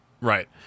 Right